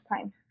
time